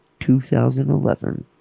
2011